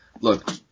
Look